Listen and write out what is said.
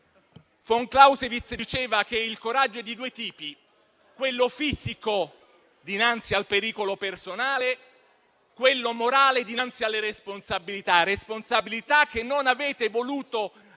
Von Clausewitz, diceva che il coraggio è di due tipi: quello fisico dinanzi al pericolo personale e quello morale dinanzi alle responsabilità. Queste responsabilità voi non avete voluto